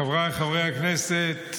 חבריי חברי הכנסת,